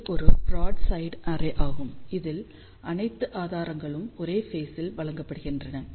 இது ஒரு broadside அரேயாகும் இதில் அனைத்து ஆதாரங்களும் ஒரே ஃபேஸ் ல் வழங்கப்படுகின்றன